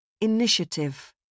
Initiative